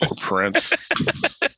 Prince